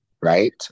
Right